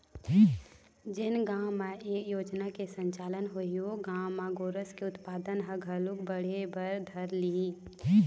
जेन गाँव म ए योजना के संचालन होही ओ गाँव म गोरस के उत्पादन ह घलोक बढ़े बर धर लिही